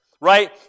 right